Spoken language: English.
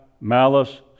malice